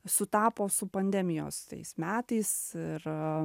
sutapo su pandemijos tais metais ir